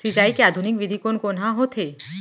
सिंचाई के आधुनिक विधि कोन कोन ह होथे?